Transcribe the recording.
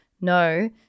no